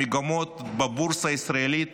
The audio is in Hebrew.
המגמות בבורסה הישראלית